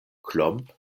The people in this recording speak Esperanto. klomp